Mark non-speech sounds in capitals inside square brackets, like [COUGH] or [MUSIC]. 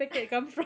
[LAUGHS]